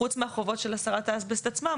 חוץ מהחובות של הסרת האסבסט עצמן,